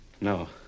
No